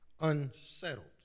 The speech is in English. Unsettled